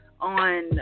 on